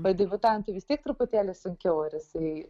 bet debiutantui vis tiek truputėlį sunkiau ar jisai